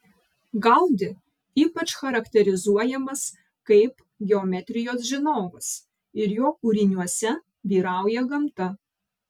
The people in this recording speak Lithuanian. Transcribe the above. gaudi ypač charakterizuojamas kaip geometrijos žinovas ir jo kūriniuose vyrauja gamta